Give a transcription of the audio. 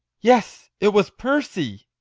yes, it was percy!